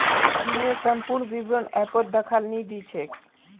ऋनेर संपूर्ण विवरण ऐपत दखाल नी दी छेक